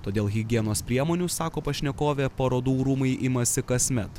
todėl higienos priemonių sako pašnekovė parodų rūmai imasi kasmet